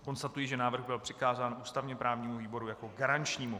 Konstatuji, že návrh byl přikázán ústavněprávnímu výboru jako garančnímu.